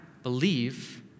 Believe